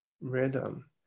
rhythm